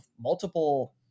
multiple